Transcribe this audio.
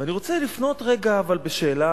אבל אני רוצה לפנות רגע בשאלה